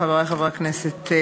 חברי חברי הכנסת,